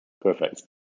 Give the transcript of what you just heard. Perfect